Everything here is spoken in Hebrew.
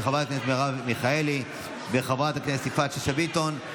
של חברת הכנסת מרב מיכאלי וחברת הכנסת יפעת שאשא ביטון,